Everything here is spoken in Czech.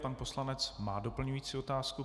Pan poslanec má doplňující otázku.